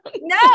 No